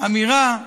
אמירה כזאת,